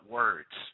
words